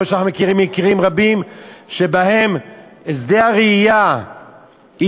אנחנו מכירים מקרים רבים שבהם שדה הראייה הוא